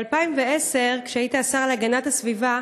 ב-2010, כשהיית השר להגנת הסביבה,